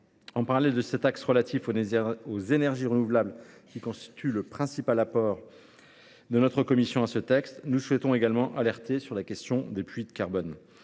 En parallèle à cet axe relatif aux énergies renouvelables, qui constitue le principal apport de notre commission à ce texte, nous souhaitons également alerter sur la question des puits de carbone.